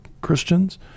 Christians